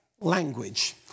language